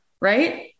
right